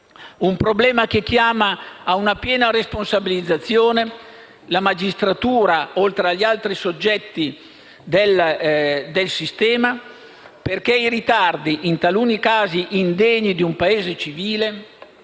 Un problema che chiama a una piena responsabilizzazione la magistratura, oltre agli altri soggetti del sistema, perché i ritardi in taluni casi indegni di un Paese civile